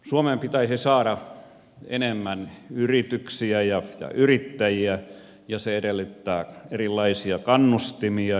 suomeen pitäisi saada enemmän yrityksiä ja yrittäjiä ja se edellyttää erilaisia kannustimia